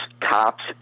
tops